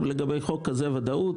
לגבי החוק הזה עדיף לייצר ודאות.